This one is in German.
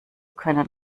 können